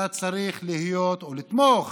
אתה צריך להיות או לתמוך